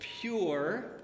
pure